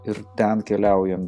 ir ten keliaujant